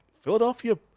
Philadelphia